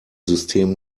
system